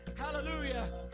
Hallelujah